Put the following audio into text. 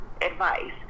advice